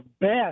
best